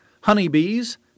honeybees